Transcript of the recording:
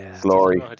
glory